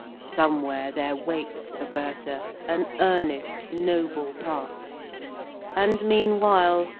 somewhere there waits for bertha an earnest noble part and, meanwhile,